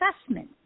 assessment